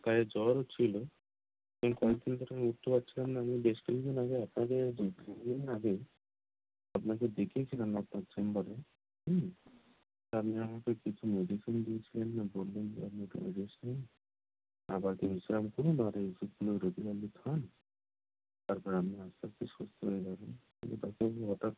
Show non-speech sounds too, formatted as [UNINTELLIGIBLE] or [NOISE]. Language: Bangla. প্রায় জ্বর হচ্ছিল এই কয়েকদিন ধরে আমি উঠতে পারছিলাম না আমি বেশ কিছু দিন আগে আপনাকে [UNINTELLIGIBLE] আগে আপনাকে দেখিয়েছিলাম আপনার চেম্বারে হুম তা আপনি আমাকে কিছু মেডিসিন দিয়েছিলেন আর বললেন যে আপনি [UNINTELLIGIBLE] রেস্ট নিন আপাতত বিশ্রাম করুন আর এই ওষুধগুলো রেগুলারলি খান তারপর আপনি আস্তে আস্তে সুস্থ হয়ে যাবেন কিন্তু ডাক্তারবাবু হঠাৎ